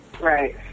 Right